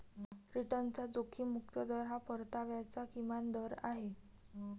रिटर्नचा जोखीम मुक्त दर हा परताव्याचा किमान दर आहे